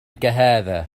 كهذا